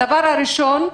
דבר ראשון,